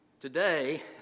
Today